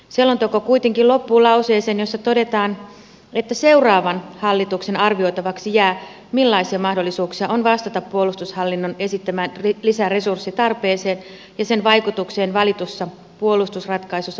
selonteko kuitenkin loppuu lauseeseen jossa todetaan että seuraavan hallituksen arvioitavaksi jää millaisia mahdollisuuksia on vastata puolustushallinnon esittämään lisäresurssitarpeeseen ja sen vaikutukseen valitussa puolustusratkaisussa pitäytymiseen